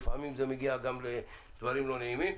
זה מגיע לפעמים למקומות לא נעימים.